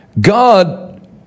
God